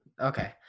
okay